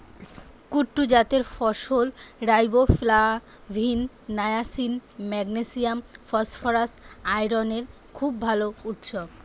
কুট্টু জাতের ফসল riboflavin, niacin, magnesium, phosphorus, আয়রনের খুব ভাল উৎস